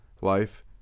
life